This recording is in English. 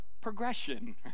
progression